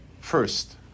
first